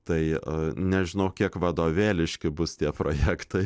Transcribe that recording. tai nežinau kiek vadovėliškai bus tie projektai